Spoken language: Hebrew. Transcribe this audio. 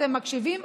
אתם מקשיבים?